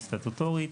מאושרת סטטוטורית.